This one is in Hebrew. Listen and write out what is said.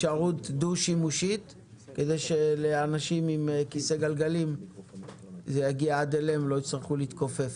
כדי שהמיקרופון יגיע לאנשים על כיסא גלגלים ולא יצטרכו להתכופף.